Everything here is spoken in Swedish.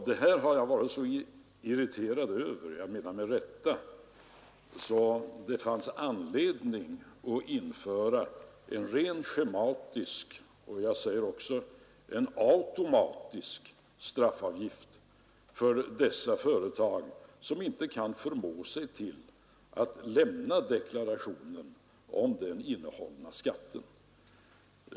De är har jag varit-så irriterad över - ten och det med all rätt, menar jag — att jag har funnit anledning att införa Om åtgärder mot en rent schematisk och automatisk straffavgift för dessa företag som inte skattefusk och kan förmå sig till att lämna deklarationen om den innehållna skatten.